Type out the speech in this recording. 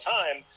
time